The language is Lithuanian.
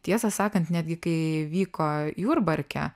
tiesą sakant netgi kai vyko jurbarke